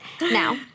Now